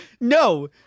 no